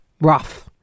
rough